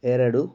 ಎರಡು